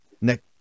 Next